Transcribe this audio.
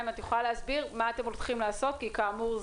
אם את יכולה להסביר מה אתם הולכים לעשות כי כאמור,